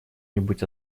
нибудь